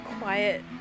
quiet